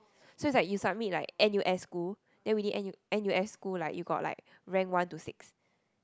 so it's like you submit like n_u_s school then within N n_u_s school like you got like rank one to six